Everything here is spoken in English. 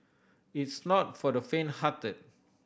it's not for the fainthearted